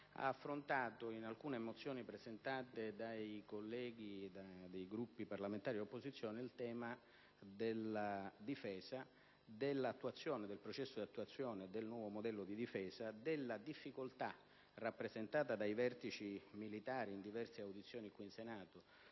ha affrontato, in alcune mozioni presentate dai colleghi dei Gruppi parlamentari dell'opposizione, il tema della difesa, del processo di attuazione del Nuovo modello di difesa e della difficoltà, rappresentata dai vertici militari in diverse audizioni tenute in Senato,